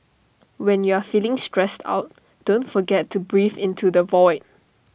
when you are feeling stressed out don't forget to breathe into the void